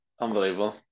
Unbelievable